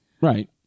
Right